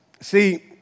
see